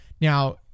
Now